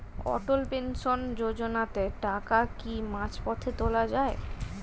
অটল pension যোজনাতে টাকা কি মাঝপথে তোলা যায়?